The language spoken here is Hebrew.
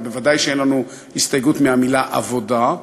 ובוודאי שאין לנו הסתייגות מהמילה עבודה.